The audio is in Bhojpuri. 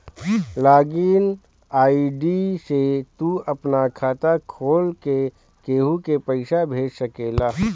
लॉग इन आई.डी से तू आपन खाता खोल के केहू के पईसा भेज सकेला